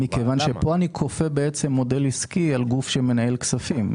מכיוון שפה שאני כופה מודל עסקי על גוף שמנהל כספים.